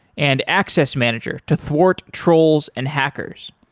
and access manager to thwart trolls and hackers.